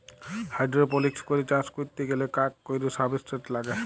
hydroponics করে চাষ ক্যরতে গ্যালে কাক কৈর সাবস্ট্রেট লাগে